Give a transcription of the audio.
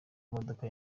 imodoka